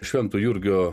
švento jurgio